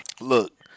Look